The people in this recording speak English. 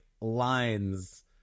lines